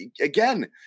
again